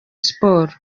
sports